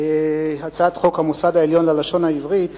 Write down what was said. הצעת חוק המוסד העליון ללשון העברית